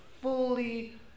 fully